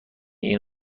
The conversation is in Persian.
این